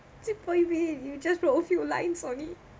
simple only you just wrote a few lines only